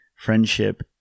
Friendship